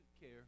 care